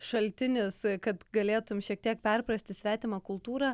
šaltinis kad galėtum šiek tiek perprasti svetimą kultūrą